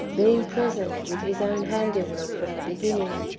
being present with his own handiwork from the beginning,